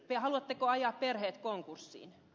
haluatteko ajaa perheet konkurssiin